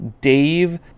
dave